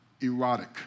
erotic